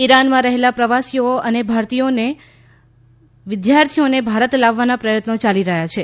ઇરાનમાં રહેલા પ્રવાસીઓ અને વિદ્યાર્થીઓને ભારત લાવવાના પ્રયત્નો ચાલી રહ્યા છે